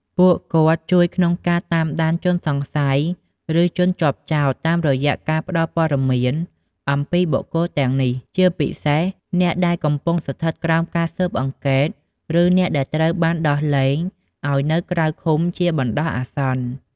ពួកគាត់ជួយក្នុងការតាមដានជនសង្ស័យ ឬជនជាប់ចោទតាមរយៈការផ្ដល់ព័ត៌មានអំពីបុគ្គលទាំងនេះ ជាពិសេសអ្នកដែលកំពុងស្ថិតក្រោមការស៊ើបអង្កេត ឬអ្នកដែលត្រូវបានដោះលែងឲ្យនៅក្រៅឃុំជាបណ្ដោះអាសន្ន។